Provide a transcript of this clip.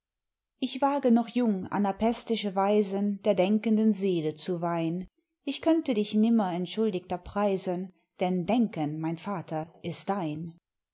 ich wage noch jung anapästische weisen der denkenden seele zu weihn ich könnte dich nimmer entschuldigter preisen denn denken mein vater ist dein